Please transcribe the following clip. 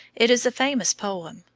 it is a famous poem,